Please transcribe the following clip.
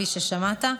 כפי ששמעת,